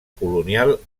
colonial